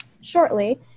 shortly